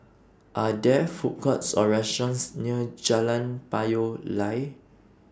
Are There Food Courts Or restaurants near Jalan Payoh Lai